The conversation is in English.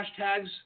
hashtags